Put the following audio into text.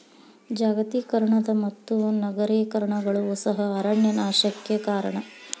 ಜಾಗತೇಕರಣದ ಮತ್ತು ನಗರೇಕರಣಗಳು ಸಹ ಅರಣ್ಯ ನಾಶಕ್ಕೆ ಕಾರಣ